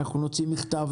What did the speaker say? נוציא מכתב